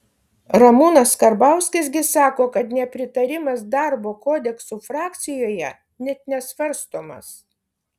ramūnas karbauskis gi sako kad nepritarimas darbo kodeksui frakcijoje net nesvarstomas